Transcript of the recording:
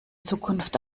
zukunft